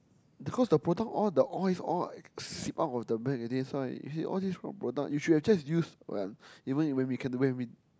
because the product all the oil all like seep out of the milk it is why all this kind of product you should have just used one if when we when we